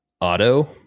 auto